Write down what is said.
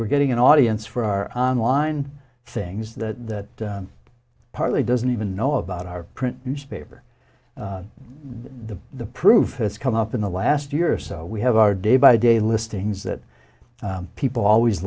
we're getting an audience for our online things that partly doesn't even know about our print newspaper the the proof has come up in the last year or so we have our day by day listings that people always